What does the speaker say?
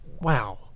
wow